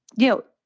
you know,